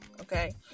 okay